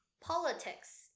politics